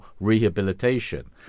rehabilitation